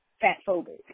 fat-phobic